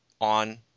on